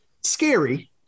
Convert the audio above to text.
scary